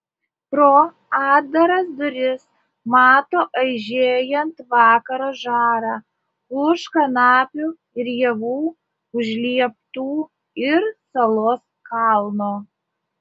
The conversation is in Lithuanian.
pro atdaras duris mato aižėjant vakaro žarą už kanapių ir javų už lieptų ir salos kalno